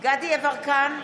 דסטה גדי יברקן,